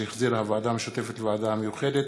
שהחזירה הוועדה המשותפת לוועדה המיוחדת